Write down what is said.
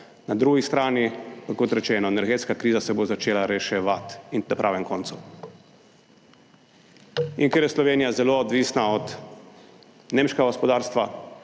na drugi strani pa, kot rečeno, energetska kriza se bo začela reševati na pravem koncu. In ker je Slovenija zelo odvisna od nemškega gospodarstva